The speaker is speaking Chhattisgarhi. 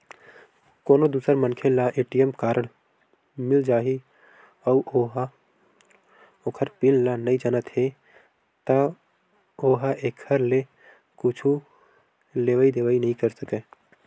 कोनो दूसर मनखे ल ए.टी.एम कारड मिल जाही अउ ओ ह ओखर पिन ल नइ जानत हे त ओ ह एखर ले कुछु लेवइ देवइ नइ कर सकय